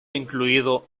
incluido